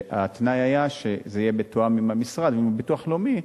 והתנאי היה שזה יהיה מתואם עם המשרד ועם הביטוח הלאומי,